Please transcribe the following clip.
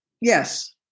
Yes